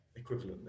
equivalently